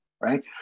right